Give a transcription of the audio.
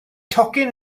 tocyn